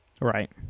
Right